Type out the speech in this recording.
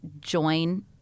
join